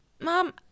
mom